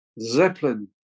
Zeppelin